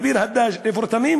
היינו בסיור בביר-הדאג',